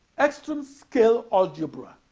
extreme-scale algebra